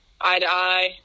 eye-to-eye